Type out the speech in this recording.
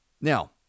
Now